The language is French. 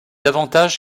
davantage